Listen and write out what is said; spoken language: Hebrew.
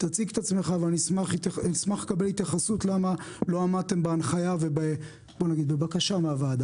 תציג את עצמך ואשמח לקבל התייחסות למה לא עמדת בהנחיה ובבקשה מהוועדה.